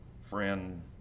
friend